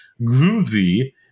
Groovy